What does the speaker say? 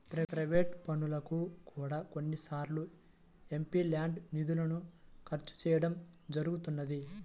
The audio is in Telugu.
ప్రైవేట్ పనులకు కూడా కొన్నిసార్లు ఎంపీల్యాడ్స్ నిధులను ఖర్చు చేయడం జరుగుతున్నది